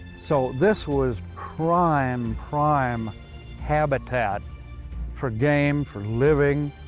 so this was prime, prime habitat for game, for living,